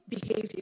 behavior